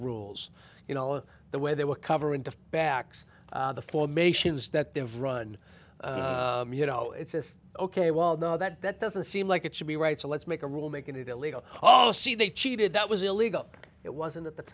rules you know the way they were covering the backs the formations that they've run you know it's just ok well now that that doesn't seem like it should be right so let's make a rule making it illegal all see they cheated that was illegal it wasn't at the